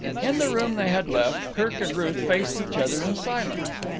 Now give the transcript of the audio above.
in the room they had left, kirk and ruth faced each other in silence.